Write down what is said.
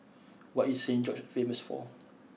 what is Saint George's famous for